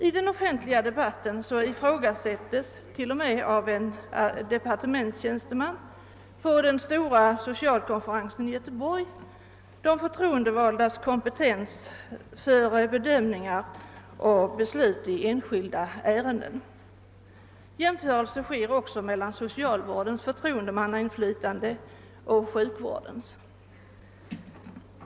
I den offentliga debatten ifrågasätts — det gjordes t.o.m. av en departementstjänsteman på den stora socialkonferensen i Göteborg — de förtroendevaldas kompetens för bedömningar och beslut i enskilda ärenden. Jämförelse sker också mellan socialvårdens förtroendemannainflytande och sjukvårdens.